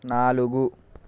నాలుగు